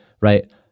right